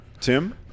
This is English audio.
Tim